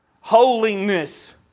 holiness